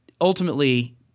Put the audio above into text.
ultimately